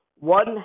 One